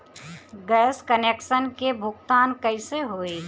Gas connection के भुगतान कैसे होइ?